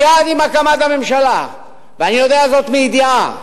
מייד עם הקמת הממשלה, ואני יודע זאת מידיעה,